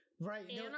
right